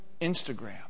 Instagram